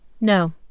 No